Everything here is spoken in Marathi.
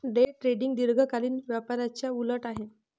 डे ट्रेडिंग दीर्घकालीन व्यापाराच्या उलट आहे